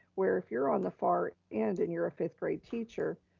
where if you're on the far end and you're a fifth grade teacher,